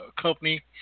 company